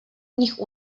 nich